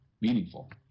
meaningful